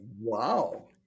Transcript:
Wow